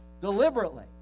deliberately